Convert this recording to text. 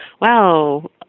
wow